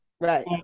Right